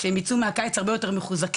שהם יצאו מהקיץ הרבה יותר מחוזקים,